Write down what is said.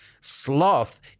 sloth